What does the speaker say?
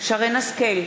שרן השכל,